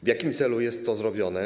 W jakim celu jest to zrobione?